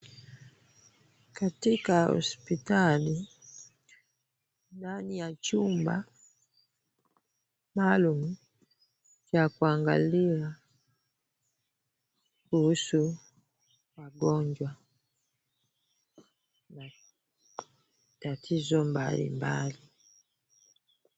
Katika hospitali ndani ya chumba maalum cha kuangalia kuhusu wagonjwa na tatizo mbalimbali.